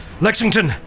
Lexington